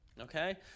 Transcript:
okay